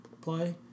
play